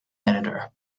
editor